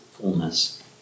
fullness